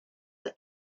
the